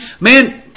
Man